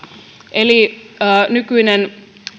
eli nykyinen